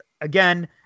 again